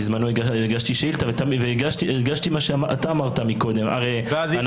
בזמנו הגשתי שאילתה והרגשתי מה שאתה אומרת קודם: הרי אנחנו